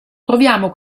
troviamo